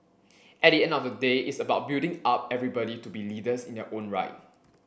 at the end of the day it's about building up everybody to be leaders in their own right